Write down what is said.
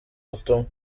butumwa